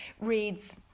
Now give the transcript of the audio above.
reads